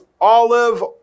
olive